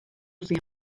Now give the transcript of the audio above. zion